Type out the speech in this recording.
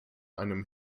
einem